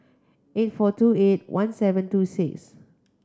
eight four two eight one seven two six